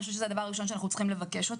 זה הדבר הראשון שאנחנו צריכים לבקש.